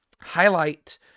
highlight